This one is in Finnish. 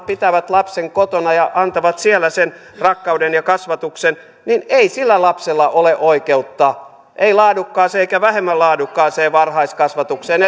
pitävät lapsen kotona ja antavat siellä sen rakkauden ja kasvatuksen ei sillä lapsella ole oikeutta ei laadukkaaseen eikä vähemmän laadukkaaseen varhaiskasvatukseen